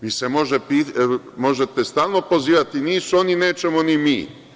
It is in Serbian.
Vi se možete stalno pozivati – nisu oni, nećemo ni mi.